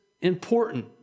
important